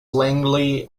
langley